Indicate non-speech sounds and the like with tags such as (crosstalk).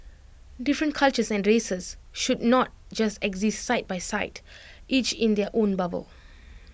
different cultures and races should not just exist side (noise) by side each in their own bubble